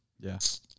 Yes